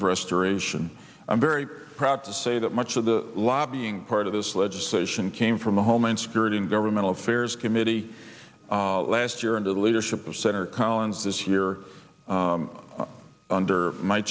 of restoration i'm very proud to say that much of the lobbying part of this legislation came from the homeland security and governmental affairs committee last year and the leadership of senator collins this year under my